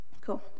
Cool